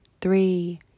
three